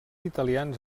italians